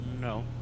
No